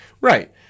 Right